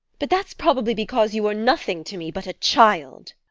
but that's probably because you are nothing to me but a child.